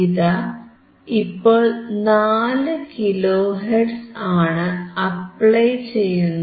ഇതാ ഇപ്പോൾ 4 kilo hertz ആണ് അപ്ലൈ ചെയ്യുന്നത്